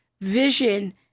vision